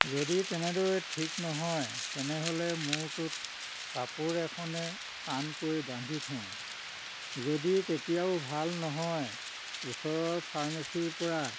যদি তেনেদৰে ঠিক নহয় তেনেহ'লে মূৰটোত কাপোৰ এখনে টান কৰি বান্ধি থওঁ যদি তেতিয়াও ভাল নহয় ওচৰৰ ফাৰ্মাছীৰ পৰা